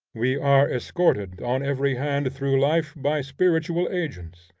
we are escorted on every hand through life by spiritual agents,